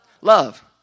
Love